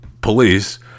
police